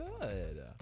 good